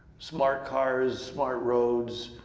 smart cars, smart roads,